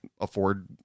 afford